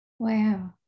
Wow